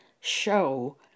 show